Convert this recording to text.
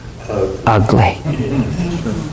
ugly